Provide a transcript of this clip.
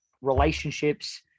relationships